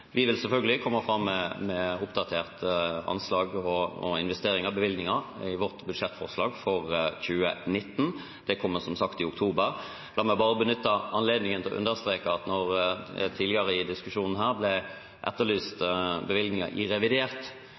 Vi vil selvfølgelig komme fram med et oppdatert anslag, investeringer og bevilgninger i vårt budsjettforslag for 2019. Det kommer som sagt i oktober. La meg bare benytte anledningen til å understreke at når det tidligere i diskusjonen her ble etterlyst bevilgninger i revidert,